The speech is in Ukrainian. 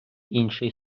інший